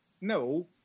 no